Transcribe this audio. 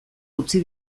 utzi